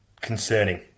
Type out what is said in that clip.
concerning